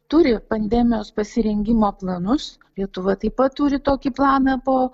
turi pandemijos pasirengimo planus lietuva taip pat turi tokį planą po